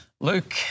Luke